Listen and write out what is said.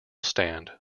stand